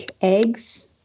eggs